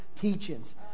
teachings